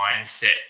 mindset